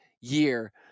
year